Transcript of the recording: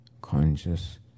conscious